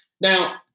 Now